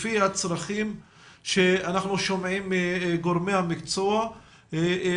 לפי הצרכים עליהם אנחנו שומעים מגורמי המקצוע כיום